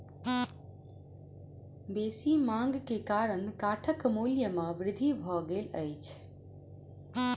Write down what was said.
बेसी मांग के कारण काठक मूल्य में वृद्धि भ गेल अछि